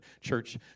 church